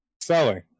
Selling